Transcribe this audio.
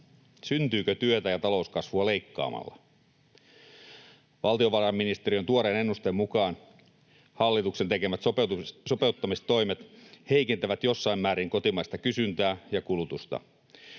syntyykö työtä ja talouskasvua leikkaamalla. Valtiovarainministeriön tuoreen ennusteen mukaan hallituksen tekemät sopeuttamistoimet heikentävät jossain määrin kotimaista kysyntää ja kulutusta.